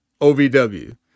OVW